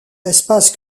espace